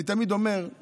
אני תמיד אומר את